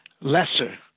lesser